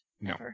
No